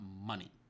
money